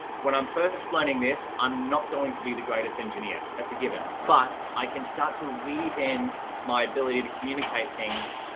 when i'm first learning this, i'm not going to be the greatest engineer, that's a given. but i can start to weave in my ability to communicate things